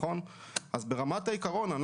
ברמת העיקרון,